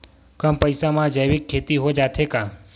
कम पईसा मा जैविक खेती हो जाथे का?